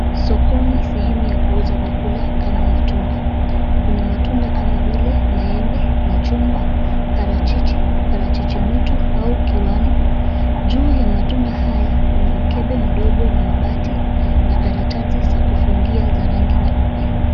Sokoni sehemu ya kuuza vyakula kama matunda. Kuna matunda kama vile maembe, machungwa, parachichi, parachichi mwitu au kiwano]cs]. Juu ya matunda haya kuna mkebe mdogo wa mabati na karatasi za kufungia za rangi nyeupe.